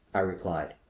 i replied.